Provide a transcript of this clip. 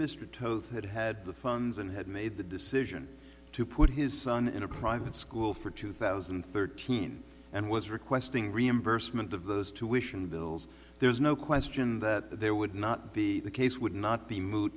mr toad had had the funds and had made the decision to put his son in a private school for two thousand and thirteen and was requesting reimbursement of those two wish and bills there's no question that there would not be the case would not be moo